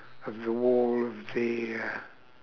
of the wall of the uh